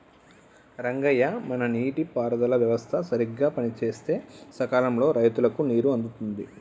రంగయ్య మన నీటి పారుదల వ్యవస్థ సరిగ్గా పనిసేస్తే సకాలంలో రైతులకు నీరు అందుతుంది